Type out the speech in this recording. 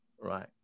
right